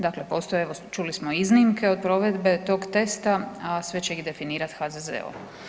Dakle, postoje evo, čuli smo iznimke od provedbe tog testa a sve će ih definirati HZZZ.